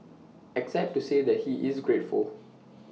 except to say that he is grateful